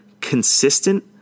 consistent